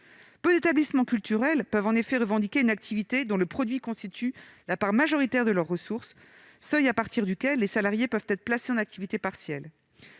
Peu d'établissements culturels peuvent en effet revendiquer une activité dont le produit constitue la part majoritaire de leurs ressources, seuil à partir duquel les salariés peuvent être placés en activité partielle.